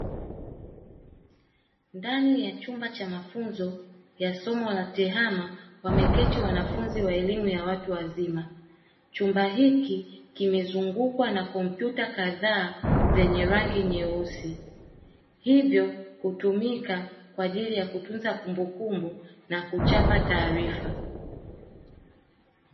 Ndani ya chumba cha mafunzo ya somo la tehama wameketi wanafunzi wa elimu ya watu wazima chumba hiki kimezungukwa na kompyuta kadhaa zenye rangi nyeusi, hivyo hutumika kwa ajili ya kutunza kumbukumbu na kuchapa taarifa.